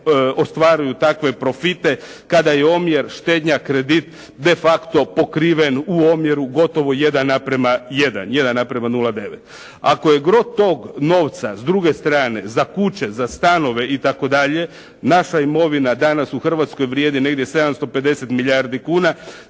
ostvaruju takve profite kada je omjer štednja kredit de facto pokriven u omjeru gotovo 1:1, 1:0,9. Ako je gro tog novca s druge strane za kuće, za stanove i tako dalje naša imovina danas u Hrvatskoj vrijedi negdje 750 milijardi kuna.